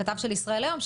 הכתב של ישראל היום,